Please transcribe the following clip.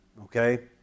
okay